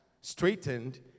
straightened